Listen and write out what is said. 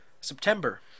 September